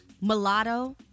Mulatto